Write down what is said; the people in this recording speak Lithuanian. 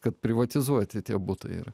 kad privatizuoti tie butai yra